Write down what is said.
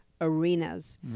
arenas